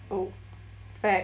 oh fact